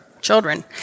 children